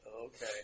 Okay